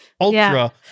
Ultra